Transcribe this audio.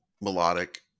melodic